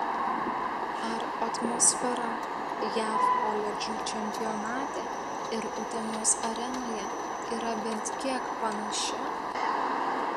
ar atmosfera jav koledžų čempionate ir utenos arenoje yra bent kiek panaši